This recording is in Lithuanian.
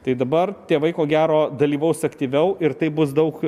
tai dabar tėvai ko gero dalyvaus aktyviau ir tai bus daug